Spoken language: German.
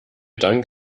dank